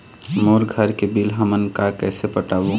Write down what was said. मोर घर के बिल हमन का कइसे पटाबो?